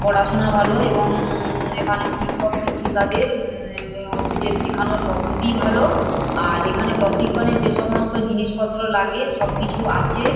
পড়াশোনা ভালো এবং এখানে শিক্ষক শিক্ষিকাদের এনে হচ্ছে যে শেখানোর পদ্ধতি ভালো আর এখানে প্রশিক্ষণের যে সমস্ত জিনিসপত্র লাগে সব কিছু আছে